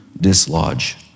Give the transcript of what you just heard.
dislodge